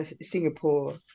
Singapore